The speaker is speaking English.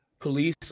police